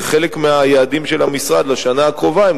חלק מהיעדים של המשרד לשנה הקרובה הם